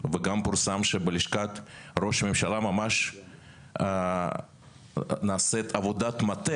וגם פורסם שבלשכת ראש ממשלה ממש נעשית עבודת מטה